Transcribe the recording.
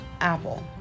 Apple